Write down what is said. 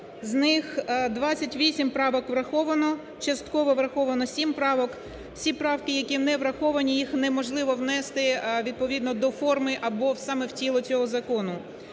З них 28 правок враховано, частково враховано 7 правок. Всі правки, які не враховані, їх неможливо внести відповідно до форми або саме в тіло цього закону.